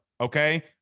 okay